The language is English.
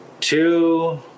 two